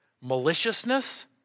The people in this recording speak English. maliciousness